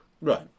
Right